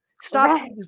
Stop